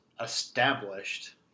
established